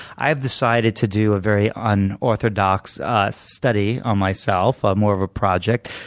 i have decided to do a very unorthodox ah study on myself, ah more of a project,